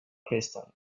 crystal